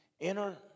Enter